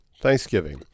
Thanksgiving